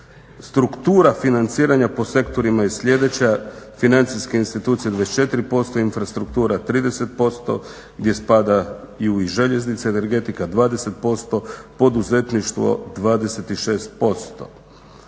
Struktura financiranja po sektorima je sljedeća, financijske institucije 24%, infrastruktura 30% gdje spadaju i željeznica i energetika, 20%, poduzetništvo 26%.